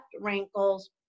Wrinkles